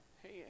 Hey